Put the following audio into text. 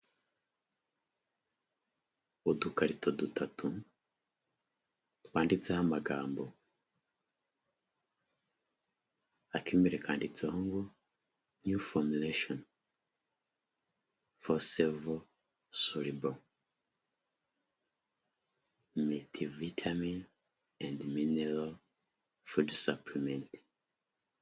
Udukarito dutatu twanditseho amagambo. Ak’imbere kanditseho ngo New Formulation Forceval Soluble Multivitamin and mineral food supplement.